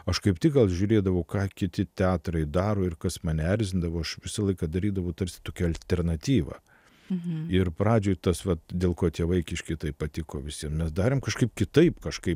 aš kaip tik gal žiūrėdavau ką kiti teatrai daro ir kas mane erzindavo aš visą laiką darydavau tarsi tokią alternatyvą ir pradžioj tas vat dėl ko tie vaikiški taip patiko visiem mes darėm kažkaip kitaip kažkaip